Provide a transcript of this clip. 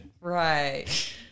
Right